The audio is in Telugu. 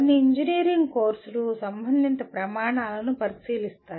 కొన్ని ఇంజనీరింగ్ కోర్సులు సంబంధిత ప్రమాణాలను పరిశీలిస్తాయి